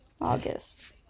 August